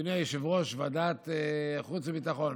אדוני יושב-ראש ועדת החוץ והביטחון: